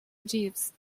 jeeves